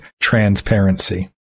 transparency